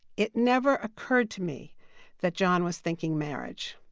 it never occurred to me that john was thinking marriage